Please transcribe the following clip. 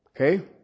Okay